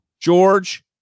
George